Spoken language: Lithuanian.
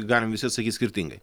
galim visi atsakyt skirtingai